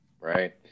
right